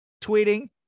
Tweeting